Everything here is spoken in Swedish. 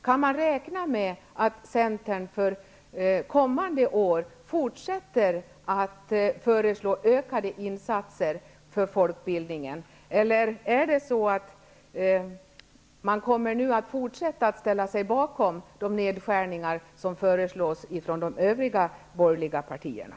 Kan vi räkna med att Centern kommande år fortsätter att föreslå ökade insatser för folkbildningen, eller kommer man att ställa sig bakom de nedskärningar som föreslås från de övriga borgerliga partierna?